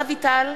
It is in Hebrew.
אביטל,